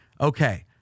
Okay